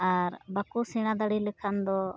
ᱟᱨ ᱵᱟᱠᱚ ᱥᱮᱬᱟ ᱫᱟᱲᱮ ᱞᱮᱠᱷᱟᱱᱫᱚ